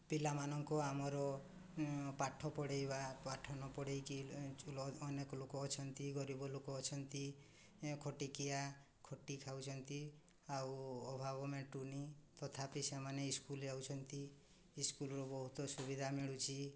ପିଲାମାନଙ୍କୁ ଆମର ପାଠ ପଢ଼େଇବା ପାଠ ନ ପଢ଼େଇକି ଅନେକ ଲୋକ ଅଛନ୍ତି ଗରିବ ଲୋକ ଅଛନ୍ତି ଖଟିଖିଆ ଖଟି ଖାଉଛନ୍ତି ଆଉ ଅଭାବ ମେଣ୍ଟୁନି ତଥାପି ସେମାନେ ସ୍କୁଲ୍ ଯାଉଛନ୍ତି ସ୍କୁଲ୍ରୁ ବହୁତ ସୁବିଧା ମିଳୁଛି